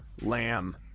Lamb